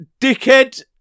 dickhead